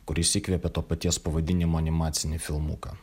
kuris įkvėpė to paties pavadinimo animacinį filmuką